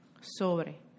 sobre